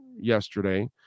yesterday